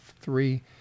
three